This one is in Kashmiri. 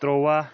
تُرٛواہ